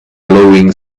blowing